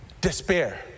despair